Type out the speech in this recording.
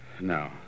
No